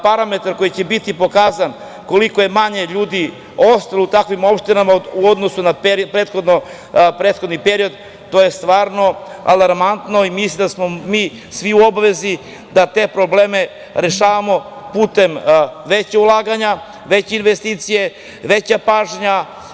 Parametar koji će pokazati koliko je manje ljudi ostalo u takvim opštinama u odnosu na prethodni period je alarmantan i mislim da smo svi u obavezi da te probleme rešavamo putem većeg ulaganja, većih investicija, veće pažnje.